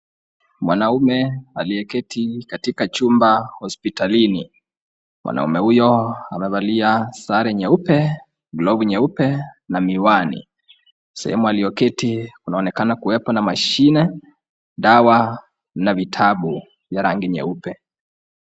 Mwanaume aliyeketi katika chumba hospitalini. Mwanaume huyo amevalia sare nyeupe, glovu nyeupe na miwani. Sehemu aliyoketi kunaonekana kuwepo na mashine, dawa na vitabu vya rangi nyeupe.